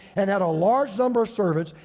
and had a large number servants.